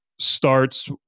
starts